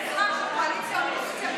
זה משחק של קואליציה אופוזיציה,